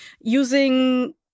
using